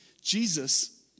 Jesus